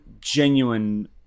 genuine